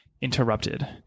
Interrupted